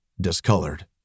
discolored